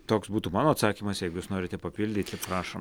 toks būtų mano atsakymas jeigu jūs norite papildyti prašom